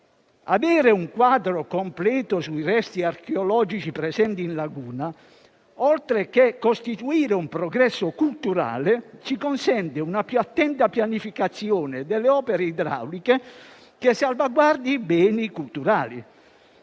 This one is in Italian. Avere un quadro completo sui resti archeologici presenti in laguna, oltre a costituire un progresso culturale, ci consente una più attenta pianificazione delle opere idrauliche che salvaguardi i beni culturali.